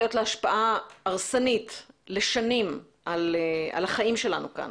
השפעה הרסנית לשנים על החיים שלנו כאן.